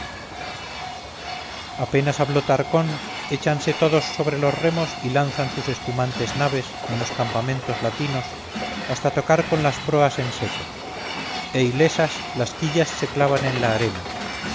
apenas habló tarcón échanse todos sobre los remos y lanzan sus espumantes naves en los campamentos latinos hasta tocar con las proas en seco e ilesas las quillas se clavan en la arena